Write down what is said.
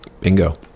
Bingo